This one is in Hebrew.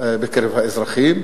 בקרב האזרחים.